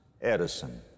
Edison